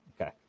okay